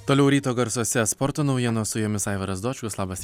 toliau ryto garsuose sporto naujienos su jumis aivaras dočkus labas